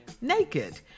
naked